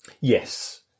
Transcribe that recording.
Yes